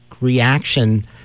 reaction